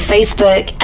Facebook